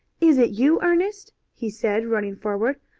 is it you, ernest? he said, running forward.